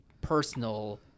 personal